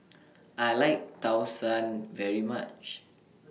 I like Tau Suan very much